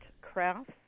craft